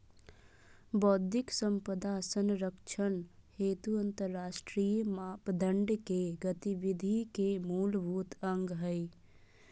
बौद्धिक संपदा संरक्षण हेतु अंतरराष्ट्रीय मानदंड के गतिविधि के मूलभूत अंग हइ